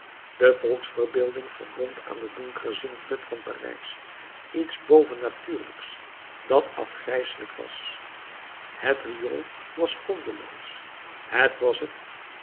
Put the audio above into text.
de volksverbeelding verbond aan den donkeren zinkput van parijs iets bovennatuurlijks dat afgrijselijk was het riool was grondeloos het was het